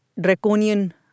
draconian